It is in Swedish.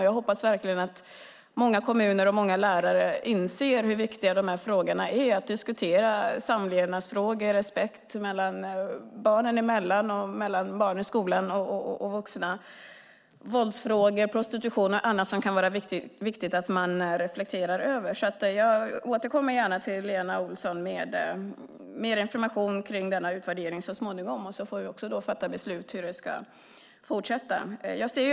Jag hoppas verkligen att många kommuner och många lärare inser hur viktiga de här frågorna är och diskuterar samlevnadsfrågor, respekt mellan barnen och mellan barn i skolan och vuxna, våldsfrågor, prostitution och annat som kan vara viktigt att reflektera över. Jag återkommer gärna till Lena Olsson med mer information om denna utvärdering så småningom. Då får vi också fatta beslut om hur det ska fortsätta.